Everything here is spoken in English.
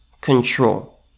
control